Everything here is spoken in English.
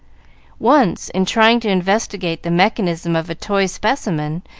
once, in trying to investigate the mechanism of a toy specimen,